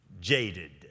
jaded